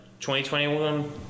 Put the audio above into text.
2021